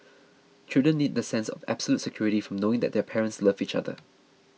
children need that sense of absolute security from knowing that their parents love each other